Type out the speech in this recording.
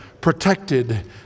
protected